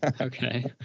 Okay